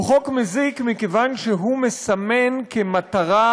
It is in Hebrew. הוא חוק מזיק מכיוון שהוא מסמן כמטרה